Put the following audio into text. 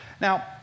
Now